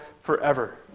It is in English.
forever